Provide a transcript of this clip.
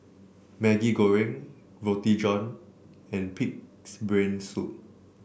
Maggi Goreng Roti John and pig's brain soup